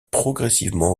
progressivement